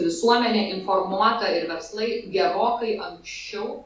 visuomenė informuota ir verslai gerokai anksčiau